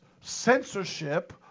censorship